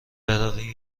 برویم